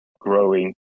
growing